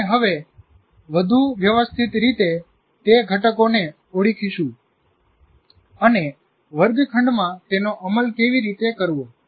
અમે હવે વધુ વ્યવસ્થિત રીતે તે ઘટકોને ઓળખીશું અને વર્ગખંડમાં તેનો અમલ કેવી રીતે કરવો